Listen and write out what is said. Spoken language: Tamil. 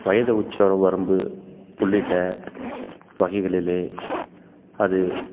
வயது உச்ச வரம்பு உள்ளிட்ட வகைகளிலே அது